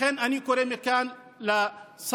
לכן אני קורא מכאן לשר